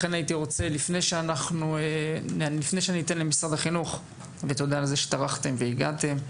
לכן הייתי רוצה לפני שאני אתן למשרד החינוך ותודה על זה שטרחתם והגעתם,